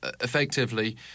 effectively